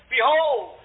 Behold